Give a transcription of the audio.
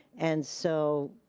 and so,